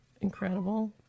incredible